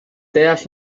deall